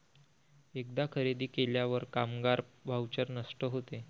एकदा खरेदी केल्यावर कामगार व्हाउचर नष्ट होते